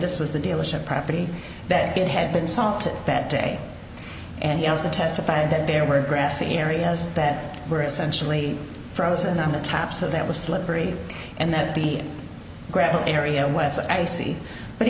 this was the dealership property that it had been salted that day and he also testified that there were grassy areas that were essentially frozen on the top so that was slippery and that the gravel area was icy but